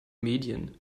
medien